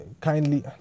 kindly